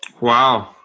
Wow